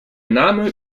name